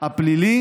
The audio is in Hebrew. הפלילי